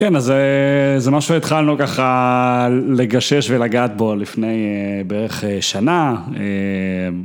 כן, אז זה משהו שהתחלנו ככה לגשש ולגעת בו לפני בערך שנה.